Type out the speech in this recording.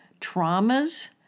traumas